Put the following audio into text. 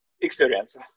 experience